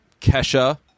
Kesha